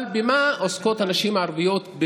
אבל במה עוסקות הנשים הערביות?